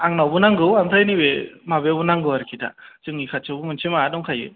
आंनावबो नांगौ ओमफ्राय नैबे माबायावबो नांगौ आरोखि दा जोंनि खाथियावबो मोनसे माबा दंखायो